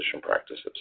practices